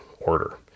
order